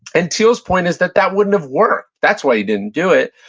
and thiel's point is that that wouldn't have worked. that's why he didn't do it.